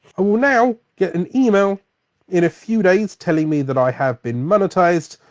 i will now get an email in a few days telling me that i have been monetized.